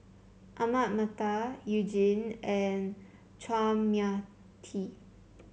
Ahmad Mattar You Jin and Chua Mia Tee